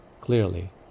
Clearly